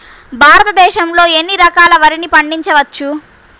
భారతదేశంలో ఎన్ని రకాల వరిని పండించవచ్చు